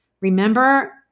Remember